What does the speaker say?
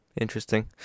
Interesting